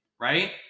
right